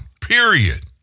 period